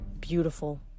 Beautiful